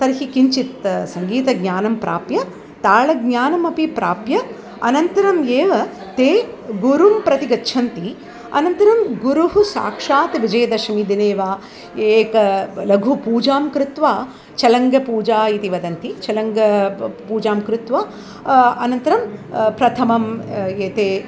तर्हि किञ्चित् सङ्गीतज्ञानं प्राप्य तालज्ञानम् अपि प्राप्य अनन्तरम् एव ते गुरुं प्रति गच्छन्ति अनन्तरं गुरुः साक्षात् विजयादशमीदिनेव एकां लघु पूजां कृत्वा चलङ्गपूजा इति वदन्ति चलङ्ग पु पूजां कृत्वा अनन्तरं प्रथममं एते